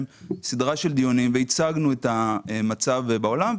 סדרה של דיונים שבהם הצגנו את המצב בעולם.